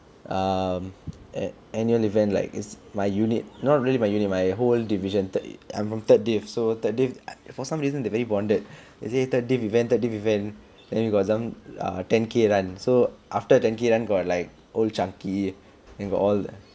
err at annual event like is my unit not really my unit my whole division thirty I'm from third div so third div for some reason they very bonded they say third div event third div event then we got some err ten K run so after ten K run got like old chang kee and got all the